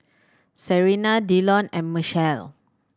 Serina Dillon and Machelle